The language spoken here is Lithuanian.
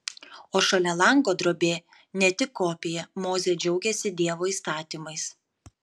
o šalia lango drobė ne tik kopija mozė džiaugiasi dievo įstatymais